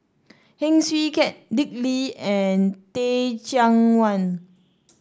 Heng Swee Keat Dick Lee and Teh Cheang Wan